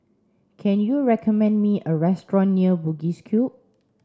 can you recommend me a restaurant near Bugis Cube